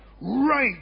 Right